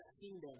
kingdom